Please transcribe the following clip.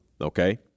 Okay